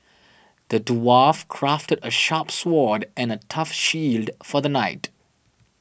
the dwarf crafted a sharp sword and a tough shield for the knight